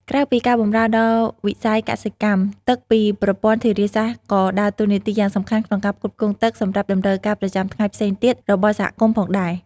ក្រៅពីការបម្រើដល់វិស័យកសិកម្ម ទឹកពីប្រព័ន្ធធារាសាស្ត្រក៏ដើរតួនាទីយ៉ាងសំខាន់ក្នុងការផ្គត់ផ្គង់ទឹកសម្រាប់តម្រូវការប្រចាំថ្ងៃផ្សេងទៀតរបស់សហគមន៍ផងដែរ។